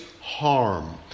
harm